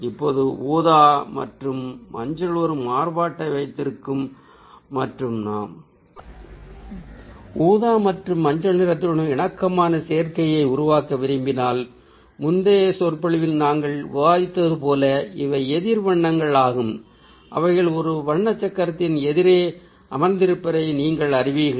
இப்போது ஊதா மற்றும் மஞ்சள் ஒரு மாறுபாட்டை வைத்திருக்கும் மற்றும் நாம் ஊதா மற்றும் மஞ்சள் நிறத்துடன் இணக்கமான சேர்க்கையை உருவாக்க விரும்பினால் முந்தைய சொற்பொழிவில் நாங்கள் விவாதித்தது போல இவை எதிர் வண்ணங்கள் ஆகும் அவைகள் ஒரு வண்ண சக்கரத்தில் எதிரே அமர்ந்திருப்பதை நீங்கள் அறிவீர்கள்